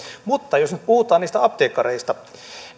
mutta jos nyt puhutaan niistä apteekkareista